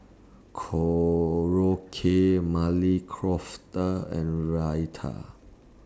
Korokke Maili and Raita